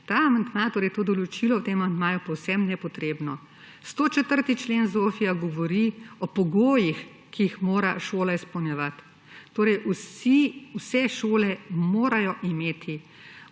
Ta amandma, torej to določilo v tem amandmaju je povsem nepotrebno. 104. člen ZOFVI govori o pogojih, ki jih mora šola izpolnjevati. Vse šole morajo imeti